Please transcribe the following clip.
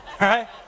Right